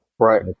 Right